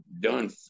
done